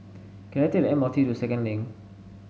can I take the M R T to Second Link